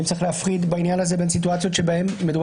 האם צריך להפחית בעניין הזה בין סיטואציות שבהן מדובר